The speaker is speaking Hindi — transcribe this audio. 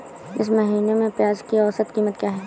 इस महीने में प्याज की औसत कीमत क्या है?